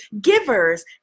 givers